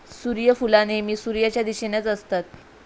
सुर्यफुला नेहमी सुर्याच्या दिशेनेच असतत